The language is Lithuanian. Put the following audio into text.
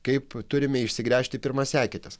kaip turime išsigręžti pirmas eketes